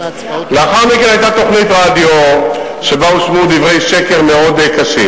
לאחר מכן היתה תוכנית רדיו שבה הושמעו דברי שקר מאוד קשים.